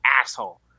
asshole